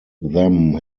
them